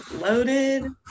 loaded